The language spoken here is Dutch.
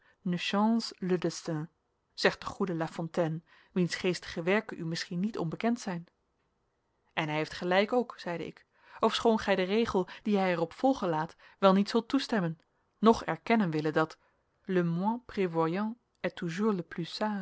de goede lafontaine wiens geestige werken u misschien niet onbekend zijn en hij heeft gelijk ook zeide ik ofschoon gij den regel dien hij er op volgen laat wel niet zult toestemmen noch erkennen willen dat